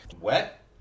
Wet